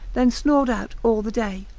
then snored out all the day.